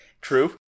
True